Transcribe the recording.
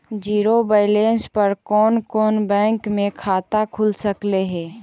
Zero balance पर कोन कोन बैंक में खाता खुल सकले हे?